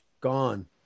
gone